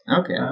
Okay